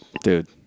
Dude